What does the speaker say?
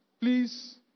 please